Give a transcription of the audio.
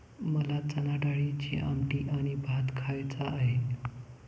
मला चणाडाळीची आमटी आणि भात खायचा आहे